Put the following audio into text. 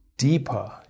Deeper